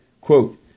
Quote